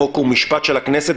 חוק ומשפט של הכנסת,